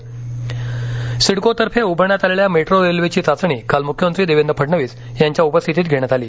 नवी मंबई सिडकोतर्फे उभारण्यात आलेल्या मेट्रो रेल्वेचीचाचणी काल मुख्यमंत्री देवेंद्र फडणवीस यांच्या उपस्थितीत घेण्यात आली